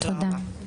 תודה רבה.